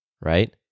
Right